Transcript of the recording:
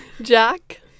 Jack